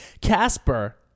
Casper